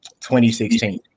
2016